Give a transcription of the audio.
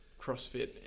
crossfit